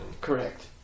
Correct